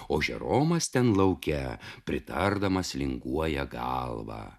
o žeromas ten lauke pritardamas linguoja galvą